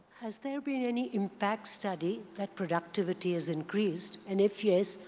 has there been any impact study that productivity has increased? and if yes,